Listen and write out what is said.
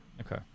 Okay